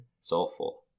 soulful